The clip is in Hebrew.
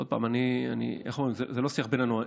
עוד פעם, איך אומרים, זה לא שיח בינינו.